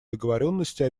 договоренности